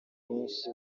mwinshi